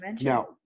Now